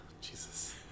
Jesus